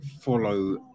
follow